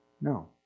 No